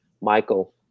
Michael